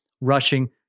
rushing